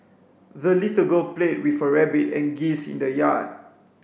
the little girl played with her rabbit and geese in the yard